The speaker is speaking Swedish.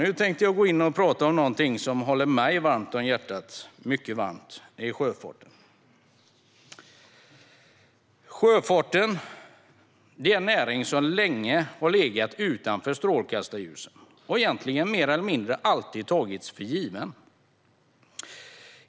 Nu tänkte jag prata om något som ligger mig mycket varmt om hjärtat: sjöfarten. Det är en näring som länge har legat utanför strålkastarljuset och mer eller mindre egentligen alltid har tagits för given.